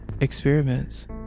experiments